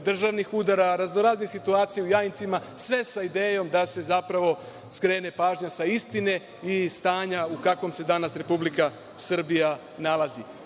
državnih udara, razno razne situacije u Jajincima i sve sa idejom da se zapravo skrene pažnja sa istine i stanja u kakvom se danas Republika Srbija nalazi. Upravo